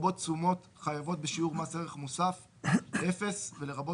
לרבות תשומות החייבות בשיעור מס ערך מוסף אפס ולרבות